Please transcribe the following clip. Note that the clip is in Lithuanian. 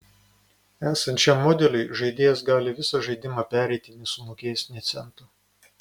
esant šiam modeliui žaidėjas gali visą žaidimą pereiti nesumokėjęs nė cento